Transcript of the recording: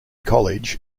college